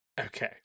Okay